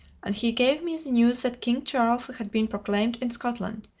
and he gave me the news that king charles had been proclaimed in scotland,